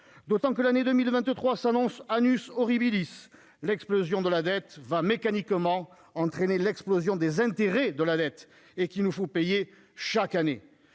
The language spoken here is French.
d'autant que l'année 2023 s'annonce. L'explosion de la dette va mécaniquement entraîner l'explosion des intérêts de la dette, qu'il nous faut payer chaque année.